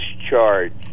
discharged